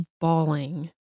bawling